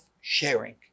sharing